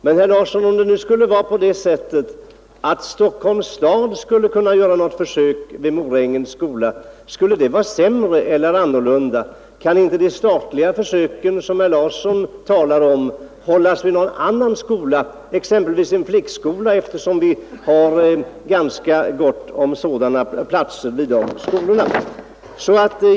Men, herr Larsson i Öskevik, om i stället Stockholms stad gjorde något försök vid Morängens skola, skulle det då vara sämre eller annorlunda? Kan inte de statliga försök som herr Larsson talar om göras vid någon annan skola, exempelvis en flickskola, eftersom det finns ganska gott om platser vid dessa?